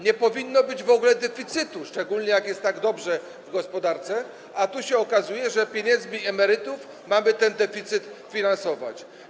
Nie powinno być w ogóle deficytu, szczególnie jak jest tak dobrze w gospodarce, a tu się okazuje, że pieniędzmi emerytów mamy ten deficyt finansować.